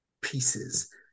pieces